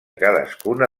cadascuna